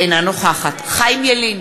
אינה נוכחת חיים ילין,